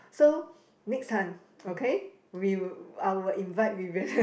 so next time okay we will I will invite Vivian